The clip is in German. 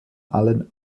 allen